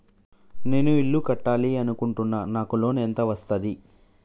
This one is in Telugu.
నేను ఇల్లు కట్టాలి అనుకుంటున్నా? నాకు లోన్ ఎంత వస్తది?